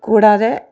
കൂടാതെ